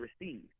receive